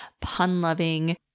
pun-loving